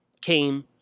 came